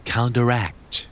Counteract